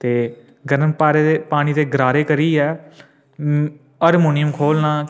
ते गर्म पानी दे पानी दे गरारे करियै अम्म हारमोनियम खोह्लना